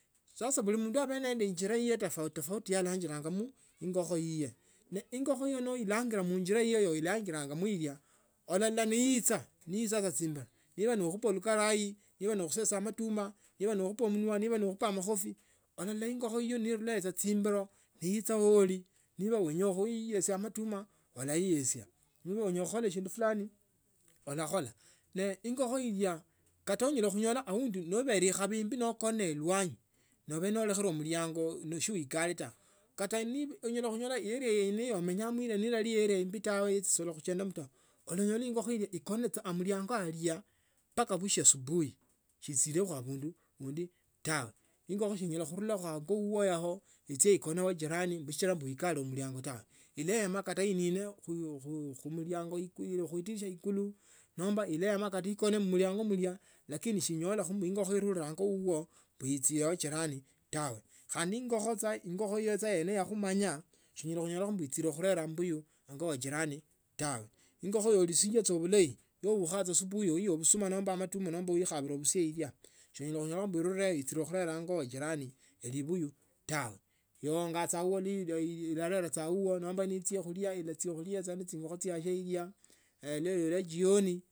Sasa buli mundu alinende injira yiye yalondolamo ingokho yiye ingokho noulilangilamo ndunjila yiyo yo uchilangamo ulalola neyioha neyicha chimbilo nowenya anyala khukhupa lukarai, onyala, khusesia, matuma. Ibe ne khupwa mnwa nib ani khukhupa makofi onyola ingokho yiyo nirula chimbilo ni iichune uli kila wenya khuiseya amatuma ola iyesia niba wenya khukhola shindu fulani olakhola se ingokho ila enyala kunyola ne ka khaba ikhabi imbi nookone elwanyi nobe no ulekhile mlianyo no shiwi kale taa kala onyala kunyola ana yene yo umanyiremo ne ili erea embi tawe echisolo chichendamo taa ulanyola ingokho iyo ikone tsaa muliango ayo mpaka bushie asubuhi sichile abundu andi tawe ingokho seinyala khunila ou yao ichie ikone aa jirani mbuchila uikale mliango ikulwe khu dirisha ikulu nomba ilayama ikone mumiliango mla lakini onyala khunyolakho mbu ingokho irule ingo mumwo ichiye wa jirani taa khandi ne ingokho ingokho yene yakhumanya sa nyala kunyola ichiye khurela amabuyu we jirani tawe. Ingokho wolisia sa bulayo nobukha sa asubuhi uile busuma nomba amatuma nomba uikhabile sya enyala khulia soonyala khulora inule ichie khunela ango wajirani libuyu tawe. Iyongaa saa abundu ilalsa sa auo nombo nechie khulia ilachia khulia we chingokho chiasye ilya neola jioni.